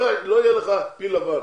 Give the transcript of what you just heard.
לא יהיה לך פיל לבן.